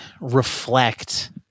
reflect